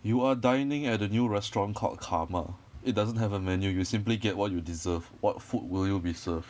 you are dining at the new restaurant called karma it doesn't have a menu you'll simply get what you deserve what food will you be served